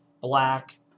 black